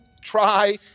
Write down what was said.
try